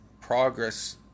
progress